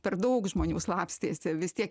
per daug žmonių slapstėsi vis tiek